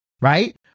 right